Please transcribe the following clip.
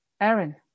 Aaron